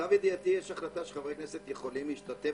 למיטב ידיעתי, יש החלטה שחברי כנסת יכולים להשתתף